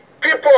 people